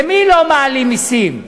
למי לא מעלים מסים?